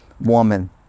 woman